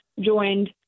joined